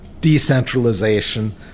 decentralization